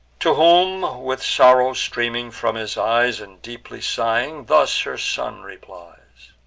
to whom, with sorrow streaming from his eyes, and deeply sighing, thus her son replies